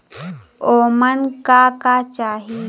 ओमन का का चाही?